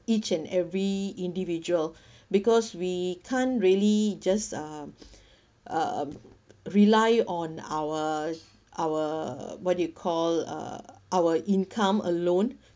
each and every individual because we can't really just uh uh rely on our our what do you call uh our income alone